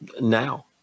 Now